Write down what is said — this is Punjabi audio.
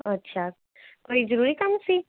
ਅੱਛਾ ਕੋਈ ਜ਼ਰੂਰੀ ਕੰਮ ਸੀ